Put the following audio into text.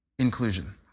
Inclusion